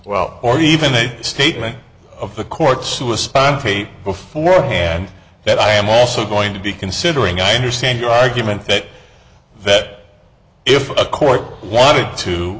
well or even a statement of the courts to a spot on tape beforehand that i am also going to be considering i understand your argument that that if a court wanted to